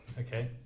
Okay